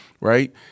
right